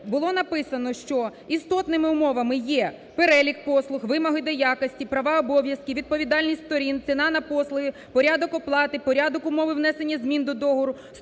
було написано, що істотними умовами є: перелік послуг; вимоги до якості; права і обов'язки; відповідальність сторін; ціна на послуги; порядок оплати; порядок умови внесення змін до договору;